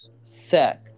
Sick